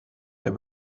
der